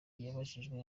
yabajije